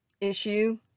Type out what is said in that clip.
issue